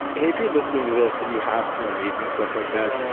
hey, if you're listening to this and you have some amazing stuff like that,